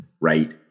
right